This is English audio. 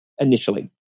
initially